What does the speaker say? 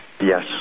Yes